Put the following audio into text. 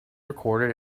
recorded